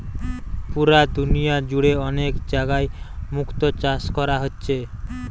পুরা দুনিয়া জুড়ে অনেক জাগায় মুক্তো চাষ কোরা হচ্ছে